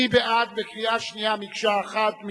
מי בעד, בקריאה שנייה מקשה אחת?